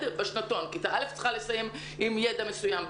בשנתון: כיתה א' צריכה לסיים עם ידע מסוים,